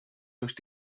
durch